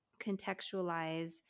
contextualize